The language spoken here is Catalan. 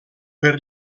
per